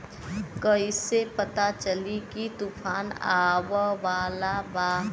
कइसे पता चली की तूफान आवा वाला बा?